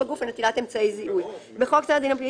בגוף ונטילת אמצעי זיהוי) 26. בחוק סדר הדין הפלילי